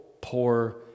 poor